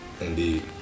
Indeed